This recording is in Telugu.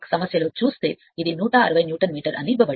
సమస్యలో చూస్తే దానికి 160 న్యూటన్ మీటర్ ఇవ్వబడుతుంది